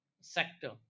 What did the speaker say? sector